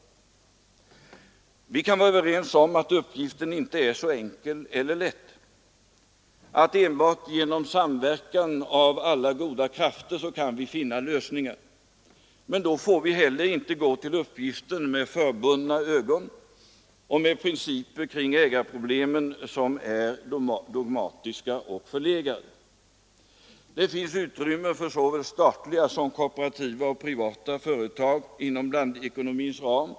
Vi kan vara överens om att uppgiften inte är så enkel och att det enbart är genom samverkan av alla goda krafter som vi kan finna lösningar. Men då får vi heller inte gå till uppgiften med förbundna ögon och med principer kring ägarproblemen som är dogmatiska och förlegade. Det finns utrymme för såväl statliga som kooperativa och privata företag inom blandekonomins ram.